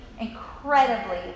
incredibly